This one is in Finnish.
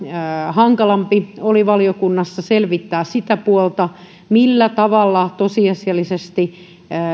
hankalampaa oli valiokunnassa selvittää sitä puolta millä tavalla tosiasiallisesti